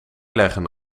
leggen